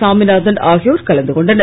சாமிநாதன் ஆகியோர் கலந்து கொண்டனர்